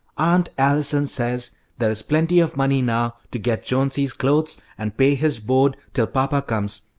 aunt allison says there is plenty of money now to get jonesy's clothes and pay his board till papa comes,